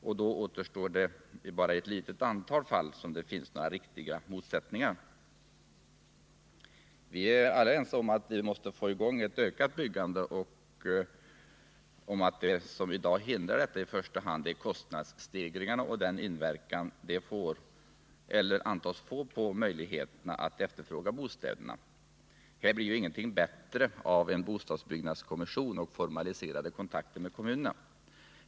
Det är således i bara ett litet antal fall som det finns några riktiga motsättningar. Vi är alla ense om att vi måste få i gång ett ökat byggande och att det som i dag hindrar detta i första hand är kostnadsstegringarna och den inverkan de får eller antas få på möjligheterna att efterfråga bostäderna. Här blir ju ingenting bättre av en bostadsbyggnadskommission eller formaliserade kontakter med kommunerna.